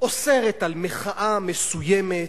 אוסרת מחאה מסוימת,